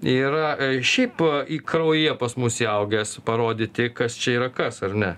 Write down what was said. yra šiaip į kraujyje pas mus įaugęs parodyti kas čia yra kas ar ne